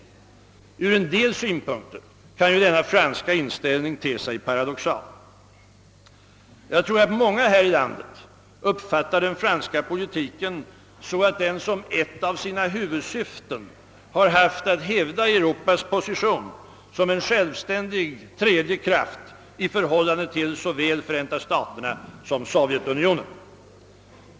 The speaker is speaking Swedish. Från en del synpunkter kan denna franska inställning te sig paradoxal. Jag tror att många här i landet upp fattar den franska politiken så, att den som ett av sina huvudsyften har haft att hävda Europas position som en självständig tredje kraft i förhållande till såväl Förenta staterna som Sovjetunionen.